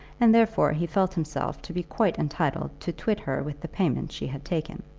and therefore he felt himself to be quite entitled to twit her with the payment she had taken.